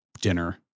dinner